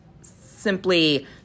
simply